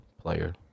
player